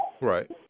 Right